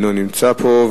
שלא נמצא פה.